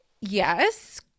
yes